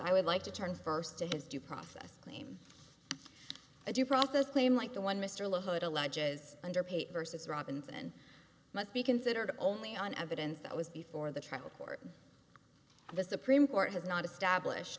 i would like to turn first to his due process claim a due process claim like the one mr la hood alleges underpaid versus robinson must be considered only on evidence that was before the trial court the supreme court has not established